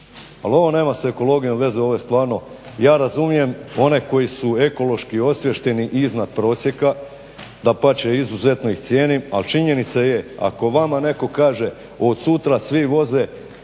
Ali ovo nema s ekologijom veze, ovo je stvarno. Ja razumijem one koji su ekološki osviješteni iznad prosjeka, dapače izuzetno ih cijenim ali činjenica je ako vama netko kaže od sutra svi voze